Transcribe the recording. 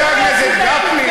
חבר הכנסת גפני,